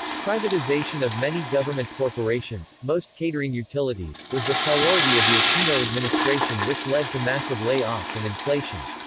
privatization of many government corporations, most catering utilities, was the priority of the aquino administration which led to massive lay-offs and inflation.